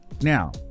Now